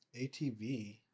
ATV